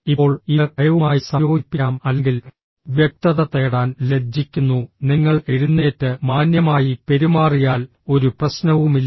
ഇപ്പോൾ ഇത് ഭയവുമായി സംയോജിപ്പിക്കാം അല്ലെങ്കിൽ വ്യക്തത തേടാൻ ലജ്ജിക്കുന്നു നിങ്ങൾ എഴുന്നേറ്റ് മാന്യമായി പെരുമാറിയാൽ ഒരു പ്രശ്നവുമില്ല